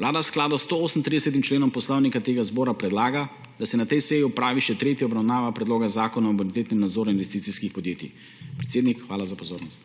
Vlada je v skladu s 128. členom Poslovnika Državnega zbora predlaga, da se na tej seji opravi še tretja obravnava Predloga zakona o bonitetnem nadzoru investicijskih podjetij. Predsednik, hvala za pozornost.